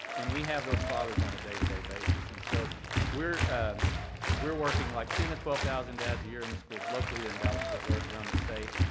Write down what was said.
and we have those fathers on a day-to-day basis. and so we're we're working like ten to twelve thousand dads a year in the schools locally there in dallas fort worth around the state.